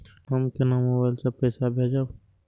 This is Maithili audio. हम केना मोबाइल से पैसा भेजब?